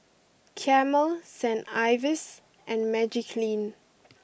Camel Saint Ives and Magiclean